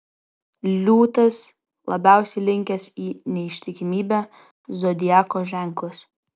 liūtas labiausiai linkęs į neištikimybę zodiako ženklas